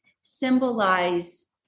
symbolize